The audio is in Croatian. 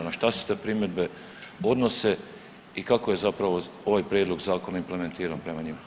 Na šta se te primjedbe odnose i kako je zapravo ovaj prijedlog Zakona implementiran prema njima?